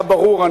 היה ברור,